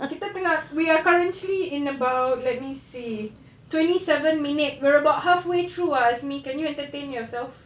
kita tengah we are currently in about let me see twenty seven minutes we are about halfway through ah azmi can you entertain yourself